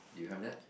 you have that